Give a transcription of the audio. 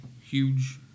huge